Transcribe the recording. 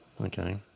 okay